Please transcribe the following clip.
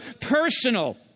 personal